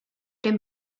dem